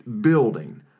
Building